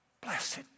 Blessed